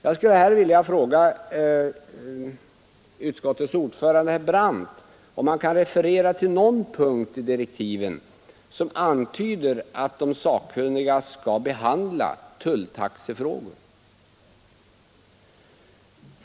Jag skulle gärna vilja fråga utskottets ordförande, herr Brandt, om han kan referera till någon punkt i direktiven som antyder att de sakkunniga skall behandla tulltaxefrågor.